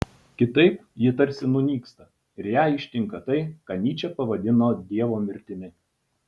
kitaip ji tarsi nunyksta ir ją ištinka tai ką nyčė pavadino dievo mirtimi